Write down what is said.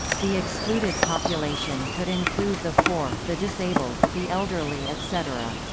the excluded population could include the poor, the disabled, the elderly etc.